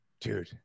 Dude